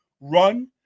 run